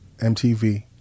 MTV